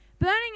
burning